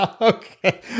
okay